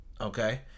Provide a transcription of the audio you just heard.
Okay